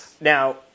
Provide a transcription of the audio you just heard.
now